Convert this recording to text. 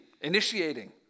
initiating